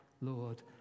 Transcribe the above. Lord